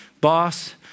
Boss